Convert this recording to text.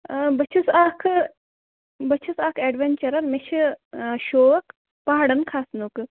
بہٕ چھَس اَکھٕ بہٕ چھَس اَکھ ایڈوینچرَر مےٚ چھُ شوق پَہاڑَن کھسنُک